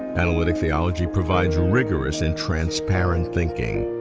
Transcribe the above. analytic theology provides rigorous and transparent thinking.